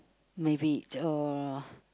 maybe or